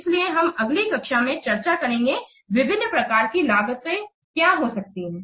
इसलिए हम अगली कक्षा में चर्चा करेंगे कि विभिन्न प्रकार की लागतें क्या हो सकती हैं